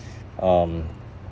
um